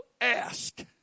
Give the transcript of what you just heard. ask